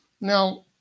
Now